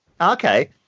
Okay